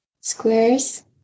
squares